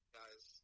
guys